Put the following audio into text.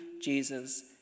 Jesus